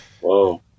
whoa